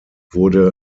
wurde